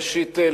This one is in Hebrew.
ראשית,